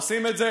לא, אדוני השר.